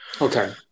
Okay